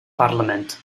parlement